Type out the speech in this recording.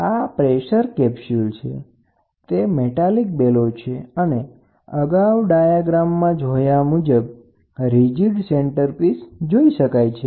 તો આ pressure capsule છે તે મેટાલિક બેલો છે અને અગાઉ ડાયાગ્રામમાં જોયા મુજબ રિજિડ સેન્ટરપીસ જોઈ શકાય છે